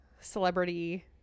celebrity